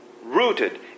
rooted